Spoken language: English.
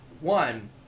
one